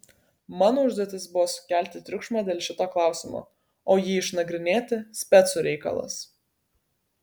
mano užduotis buvo sukelti triukšmą dėl šito klausimo o jį išnagrinėti specų reikalas